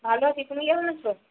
ভালো আছি তুমি কেমন আছ